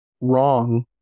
wrong